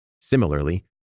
Similarly